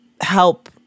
help